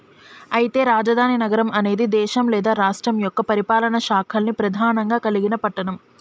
అయితే రాజధాని నగరం అనేది దేశం లేదా రాష్ట్రం యొక్క పరిపాలనా శాఖల్ని ప్రధానంగా కలిగిన పట్టణం